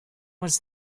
was